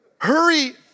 hurry